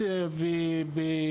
הבטיחות.